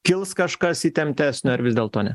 kils kažkas įtemptesnio ar vis dėlto ne